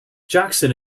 jackson